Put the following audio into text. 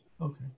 okay